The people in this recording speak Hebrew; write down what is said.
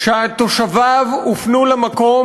שתושביו הופנו למקום,